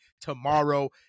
tomorrow